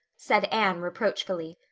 said anne reproachfully.